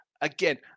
again